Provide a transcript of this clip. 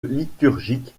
liturgique